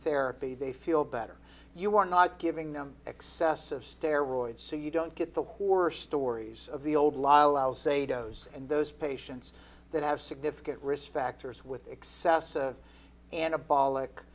therapy they feel better you are not giving them excessive steroids so you don't get the horror stories of the old law allows say doe's and those patients that have significant risk factors with excess anabolic